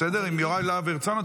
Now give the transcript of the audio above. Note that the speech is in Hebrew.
עם יוראי להב הרצנו.